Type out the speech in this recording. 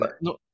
no